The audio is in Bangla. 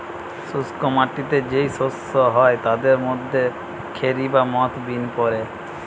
শুষ্ক মাটিতে যেই শস্য হয় তাদের মধ্যে খেরি বা মথ বিন পড়ে